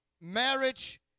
marriage